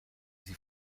sie